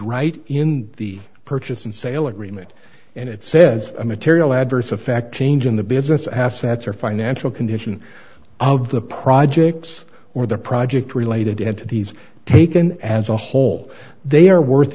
right in the purchase and sale agreement and it says a material adverse effect change in the business assets or financial condition of the projects or the project related to these taken as a whole they are worth